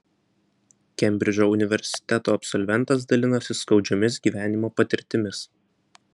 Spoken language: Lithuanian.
kembridžo universiteto absolventas dalinosi skaudžiomis gyvenimo patirtimis